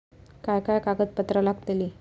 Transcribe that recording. काय काय कागदपत्रा लागतील?